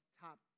top